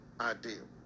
ideal